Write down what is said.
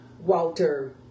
Walter